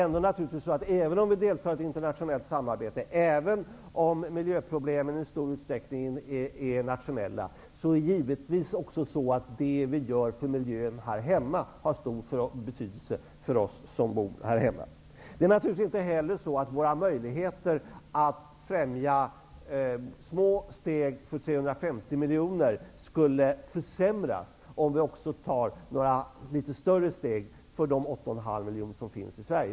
Även om vi deltar i ett internationellt samarbete, och även om miljöproblemen i stor utsträckning är internationella, är det givetvis också så att det vi gör för miljön här hemma har stor betydelse för oss som bor här hemma. Våra möjligheter att främja små steg för 350 miljoner försämras inte om vi också tar några litet större steg för de 8,5 miljonerna i Sverige.